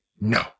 No